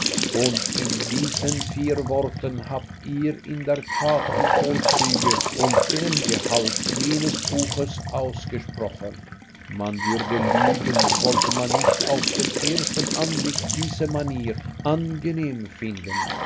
und in diesen vier worten habt ihr in der tat die vorzüge und den gehalt jenes buches ausgesprochen man würde lügen wollte man nicht auf den ersten anblick diese manier angenehm finden